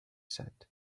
said